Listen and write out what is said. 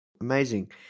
Amazing